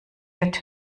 wird